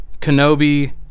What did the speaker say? Kenobi